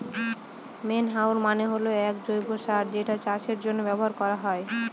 manure মানে হল এক জৈব সার যেটা চাষের জন্য ব্যবহার করা হয়